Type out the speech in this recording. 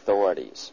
authorities